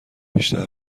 بیشتر